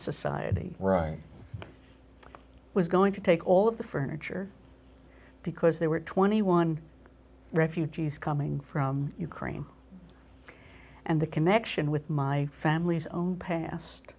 society where i was going to take all of the furniture because they were twenty one refugees coming from ukraine and the connection with my family's own past